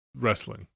wrestling